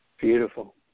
Beautiful